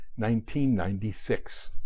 1996